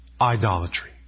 idolatry